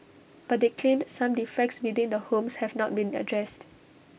but they claimed some defects within the homes have not been addressed